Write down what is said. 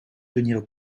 tenir